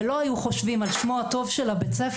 ולא היו חושבים על שמו הטוב של בית-הספר,